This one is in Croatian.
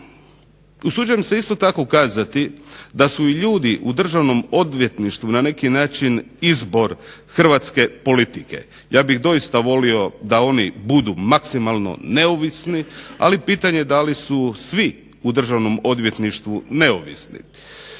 Usuđujem se isto tako kazati da su i ljudi u državnom odvjetništvu na neki način izbor hrvatske politike. Ja bih doista volio da oni budu maksimalno neovisni, ali pitanje je da li su svi u državnom odvjetništvu neovisni.